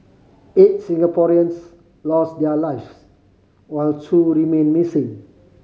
eight Singaporeans lost their lives while two remain missing